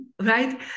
right